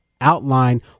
outline